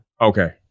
Okay